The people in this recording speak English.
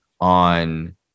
on